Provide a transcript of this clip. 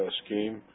scheme